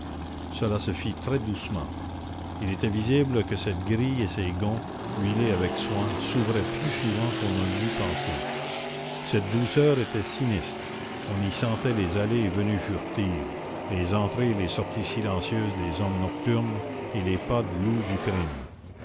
cela se fit très doucement il était visible que cette grille et ces gonds huilés avec soin s'ouvraient plus souvent qu'on ne l'eût pensé cette douceur était sinistre on y sentait les allées et venues furtives les entrées et les sorties silencieuses des hommes nocturnes et les pas de loup du crime